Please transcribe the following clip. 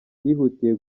yihutiye